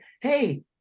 Hey